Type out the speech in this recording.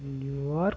New York